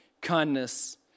kindness